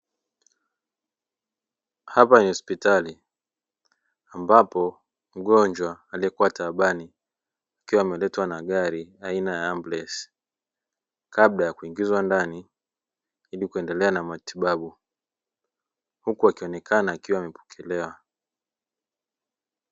Hapa ni hospitali ambapo mgonjwa aliyekuwa taabani akiwa ameletwa na gari aina ya ambulance kabla ya kuingizwa ndani kwa matibabu huku ikionekana amepokelewa.